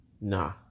Nah